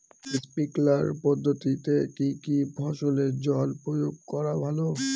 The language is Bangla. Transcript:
স্প্রিঙ্কলার পদ্ধতিতে কি কী ফসলে জল প্রয়োগ করা ভালো?